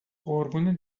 قربون